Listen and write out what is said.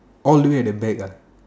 all the way at the back ah